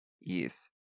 Yes